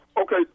Okay